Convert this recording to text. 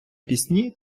пісні